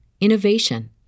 innovation